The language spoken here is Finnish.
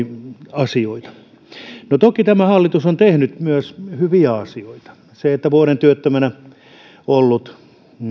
asioita no toki tämä hallitus on tehnyt myös hyviä asioita se että vuoden työttömänä ollut